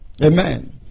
Amen